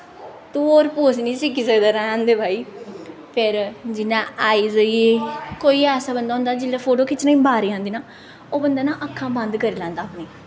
तूं होर पोज़ निं सिक्खी सकदा रैह्न दे भाई फिर जियां आइज़ होई गेई कोई ऐसा बंदा होंदा जिसलै फोटो खिच्चने दी बारी आंदी ना ओह् बंदा ना अक्खां बंद करी लैंदा अपनियां